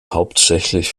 hauptsächlich